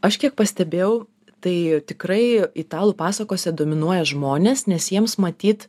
aš kiek pastebėjau tai tikrai italų pasakose dominuoja žmonės nes jiems matyt